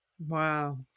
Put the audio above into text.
Wow